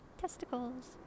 Testicles